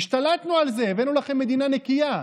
השתלטנו על זה, הבאנו לכם מדינה נקייה.